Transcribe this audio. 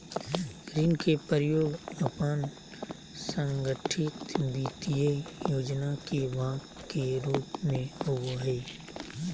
ऋण के प्रयोग अपन संगठित वित्तीय योजना के भाग के रूप में होबो हइ